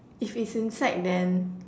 if its insect then